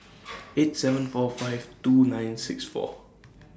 eight seven four five two nine six four